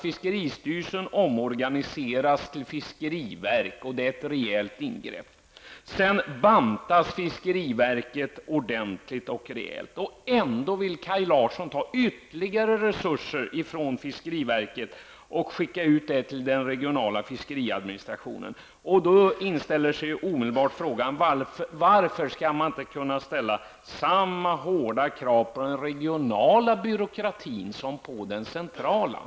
Fiskeristyrelsen skall omorganiseras till fiskeriverk och det är ett rejält ingrepp. Sedan bantas fiskeriverket ordentligt. Ändå vill Kaj Larsson ta ytterligare resurser från fiskeriverket och överföra dem till den regionala fiskeriadministrationen. Då inställer sig omedelbart frågan: Varför skall man inte kunna ställa samma hårda krav på den regionala byråkratin som på den centrala?